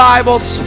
Bibles